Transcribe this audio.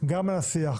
גם על השיח,